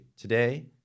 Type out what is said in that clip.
Today